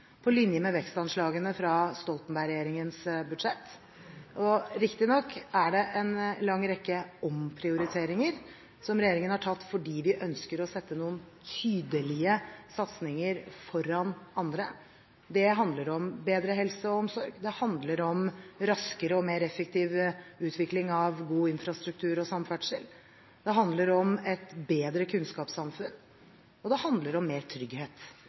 på linje med vekstanslagene fra Stoltenberg-regjeringens budsjett. Riktignok har regjeringen gjort en lang rekke omprioriteringer fordi vi ønsker å sette noen tydelige satsinger foran andre. Det handler om bedre helse og omsorg, det handler om raskere og mer effektiv utvikling av god infrastruktur og samferdsel, det handler om et bedre kunnskapssamfunn og det handler om mer trygghet.